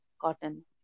cotton